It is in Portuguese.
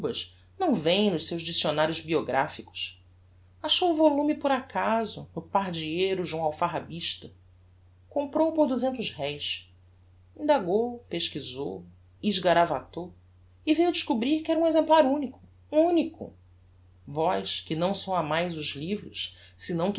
não vem nos seus diccionarios biographicos achou o volume por acaso no pardieiro de um alfarrabista comprou-o por duzentos réis indagou pesquizou esgaravatou e veiu a descobrir que era um exemplar unico unico vós que não só amaes os livros senão